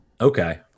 Okay